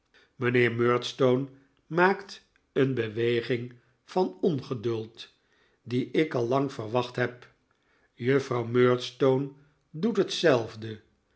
mijnheer murdstone maakt een beweging van ongeduld die ik al lang verwacht heb juffrouw murdstone doet hetzelfde